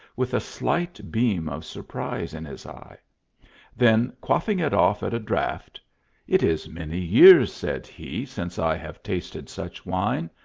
with a slight beam of surprise in his eye then quaff ing it off at a draught it is many years, said he, since i have tasted such wine.